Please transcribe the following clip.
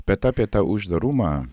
bet apie tą uždarumą